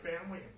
family